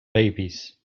babes